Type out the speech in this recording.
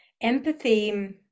empathy